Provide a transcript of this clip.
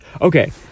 okay